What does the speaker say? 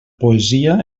poesia